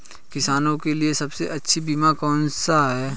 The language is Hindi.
किसानों के लिए सबसे अच्छा बीमा कौन सा है?